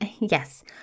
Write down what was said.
yes